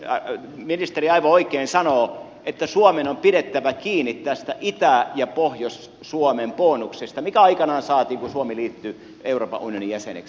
ministeri aivan oikein sanoo että suomen on pidettävä kiinni tästä itä ja pohjois suomen bonuksesta joka aikanaan saatiin kun suomi liittyi euroopan unionin jäseneksi